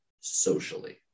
socially